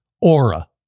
Aura